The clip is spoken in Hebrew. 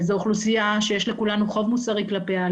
וזו אוכלוסיה שיש לכולנו חוב מוסרי כלפיה,